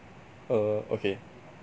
err okay